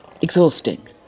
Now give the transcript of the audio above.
Exhausting